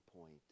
point